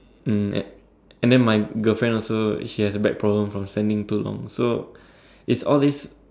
um and than my girlfriend also she has a back problem from standing too long so it's all these